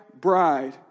bride